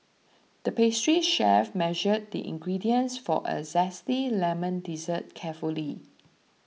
the pastry chef measured the ingredients for a Zesty Lemon Dessert carefully